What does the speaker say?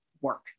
work